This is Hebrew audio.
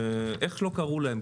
איך שלא קראו להם,